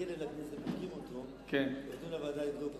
בודקים אותו, נותנים לוועדה לבדוק אותו.